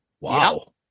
Wow